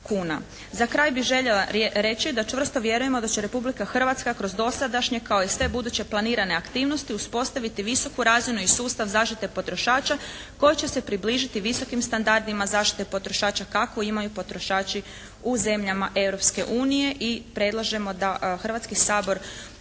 Za kraj bih željela reći da čvrsto vjerujemo da će Republika Hrvatska kroz dosadašnje kao i sve buduće planirane aktivnosti uspostaviti visoku razinu i sustav zaštite potrošača koja će se približiti visokim standardima zaštite potrošača kakvu imaju potrošači u zemljama Europske unije i predlažemo da Hrvatski sabor usvoji